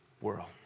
world